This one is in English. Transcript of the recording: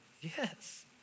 Yes